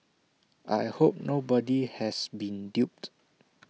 I hope nobody has been duped